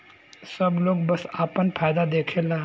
सब लोग बस आपन फायदा देखला